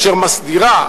אשר מסדירה,